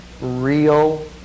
real